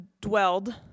dwelled